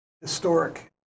historic